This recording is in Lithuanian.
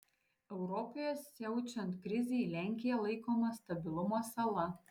europoje siaučiant krizei lenkija laikoma stabilumo sala